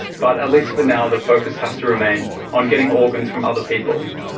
but at least for now the focus has to remain on getting organs from other people.